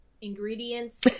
ingredients